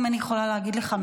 אם אני יכולה להגיד לך,